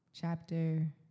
Chapter